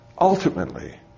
ultimately